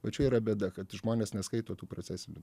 va čia yra bėda kad žmonės neskaito tų procesinių